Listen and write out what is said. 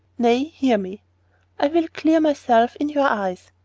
nay, hear me i will clear myself in your eyes.